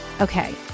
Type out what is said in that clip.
Okay